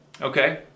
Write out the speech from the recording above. Okay